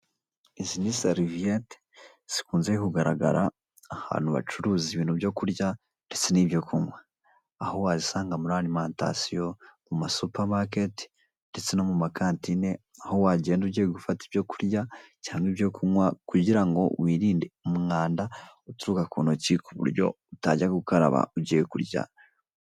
Izi ni seriviyete, zikunze kugaragara ahantu bacururiza ibyo kurya n'ibyo kunywa; aho wazisanga muri alimantasiyo, mu masupa maketi, ndetse no mu makantine, aho wagenda ugiye gufata ibyo kurya cyangwa ibyo kunywa; kugira ngo wirinde umwanda uturuka ku ntoki ku buryo utajya gukaraba ugiye kurya.